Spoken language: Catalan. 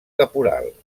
caporal